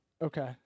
Okay